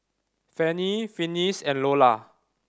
Fanny Finis and Lolla